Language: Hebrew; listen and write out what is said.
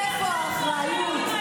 איפה האחריות?